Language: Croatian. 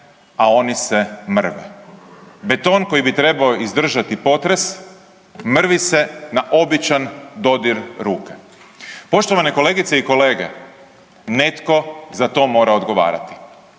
a oni se mrve. Beton koji bi trebao izdržati potres mrvi se na običan dodir ruke. Poštovane kolegice i kolege, netko za to mora odgovarati,